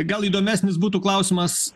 gal įdomesnis būtų klausimas